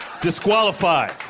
disqualified